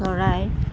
চৰাই